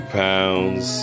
pounds